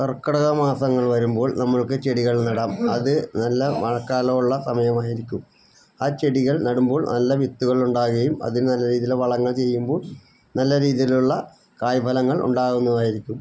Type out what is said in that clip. കർക്കടക മാസങ്ങൾ വരുമ്പോൾ നമ്മൾക്ക് ചെടികൾ നടാം അത് നല്ല മഴക്കാലം ഉള്ള സമയമായിരിക്കും ആ ചെടികൾ നടുമ്പോൾ നല്ല വിത്തുകൾ ഉണ്ടാകുകയും അതിന് നല്ല രീതിയിൽ വളങ്ങൾ ചെയ്യുമ്പോൾ നല്ല രീതിയിലുള്ള കായിഫലങ്ങൾ ഉണ്ടാകുന്നതായിരിക്കും